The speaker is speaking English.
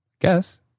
guess